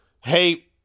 Hey